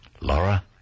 Laura